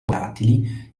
volatili